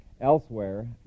elsewhere